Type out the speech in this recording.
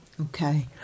okay